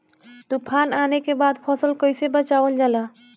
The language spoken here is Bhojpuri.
तुफान आने के बाद फसल कैसे बचावल जाला?